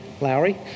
Lowry